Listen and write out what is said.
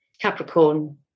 Capricorn